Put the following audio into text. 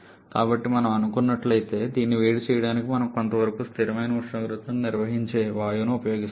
కాబట్టి మనం అనుకున్నట్లయితే దీన్ని వేడి చేయడానికి మనం కొంతవరకు స్థిరమైన ఉష్ణోగ్రతను నిర్వహించే వాయువును ఉపయోగిస్తున్నాము